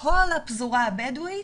כל הפזורה הבדואית,